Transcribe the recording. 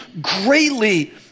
greatly